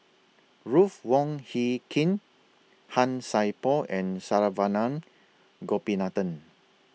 Ruth Wong Hie King Han Sai Por and Saravanan Gopinathan